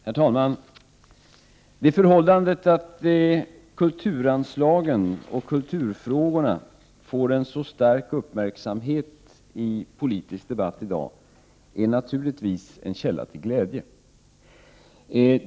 Herr talman! Det förhållandet att kulturanslagen och kulturfrågorna får en så stark uppmärksamhet i politisk debatt i dag är naturligtvis en källa till glädje.